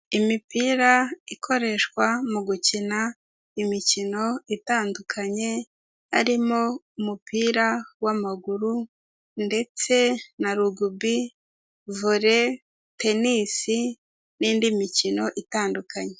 Imipira ikoreshwa mu gukina imikino itandukanye, harimo umupira w'amaguru, ndetse na rugubi, vole, tenisi, n'indi mikino itandukanye.